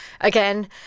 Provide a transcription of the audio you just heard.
again